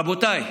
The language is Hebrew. רבותיי,